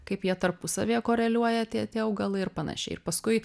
kaip jie tarpusavyje koreliuoja tie tie augalai ir panašiai paskui